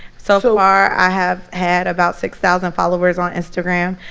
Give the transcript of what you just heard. so far, i have had about six thousand followers on instagram.